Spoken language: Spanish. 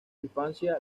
infancia